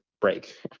break